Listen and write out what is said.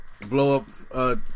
blow-up